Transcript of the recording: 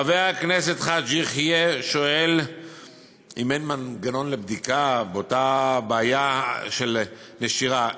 חבר הכנסת חאג' יחיא שואל אם אין מנגנון לבדיקה באותה בעיה של נשירה.